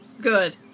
Good